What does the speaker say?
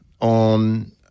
on